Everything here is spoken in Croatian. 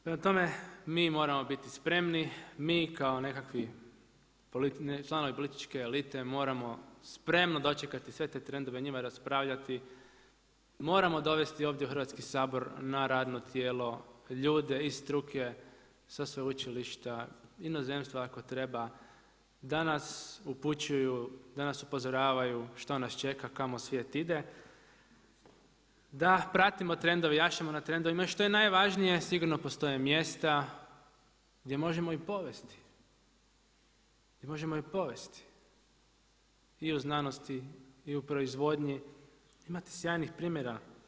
Prema tome mi moramo biti spremni, mi kao nekakvi članovi političke elite moramo spremno dočekati sve te trendove, o njima raspravljati, moramo dovesti ovdje u Hrvatski sabor na radno tijelo ljude iz struke sa sveučilišta, inozemstva ako treba, da nas upućuju, da nas upozoravaju što nas čeka, kamo svijet ide, da pratimo trendove, jašemo na trendovima i ono što je najvažnije sigurno postoje mjesta gdje možemo i povesti i u znanosti i u proizvodnji, imate sjajnih primjera diljem Hrvatske.